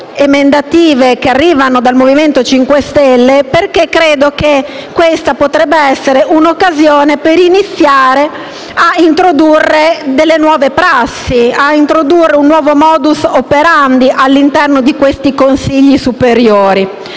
emendative che arrivano dal Movimento 5 Stelle, perché questa potrebbe essere un'occasione per iniziare a introdurre le nuove prassi, un nuovo *modus operandi* all'interno dei consigli superiori.